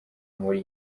muri